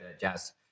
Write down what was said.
Jazz